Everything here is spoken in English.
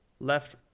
Left